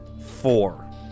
four